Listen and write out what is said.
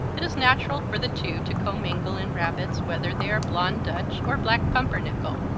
it is natural for the two to commingle in rabbits whether they are blond dutch or black pumpernickel.